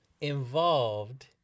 involved